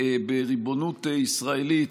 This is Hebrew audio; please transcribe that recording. בריבונות ישראלית